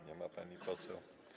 Nie ma pani poseł?